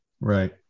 Right